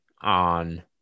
on